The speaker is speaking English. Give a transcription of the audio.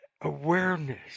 awareness